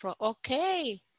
Okay